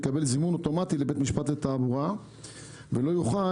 יקבל זימון אוטומטי לבית משפט לתעבורה ולא יוכל